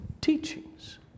teachings